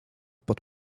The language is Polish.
pod